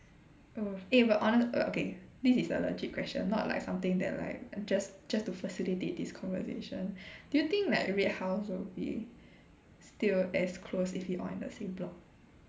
oh eh but hone~ uh okay this is a legit question not like something that like just just to facilitate this conversation do you think like red house will be still as close if we all in the same block